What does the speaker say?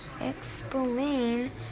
Explain